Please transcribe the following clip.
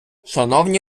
шановні